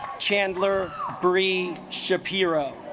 chandler bree shapiro